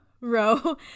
Row